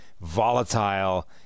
volatile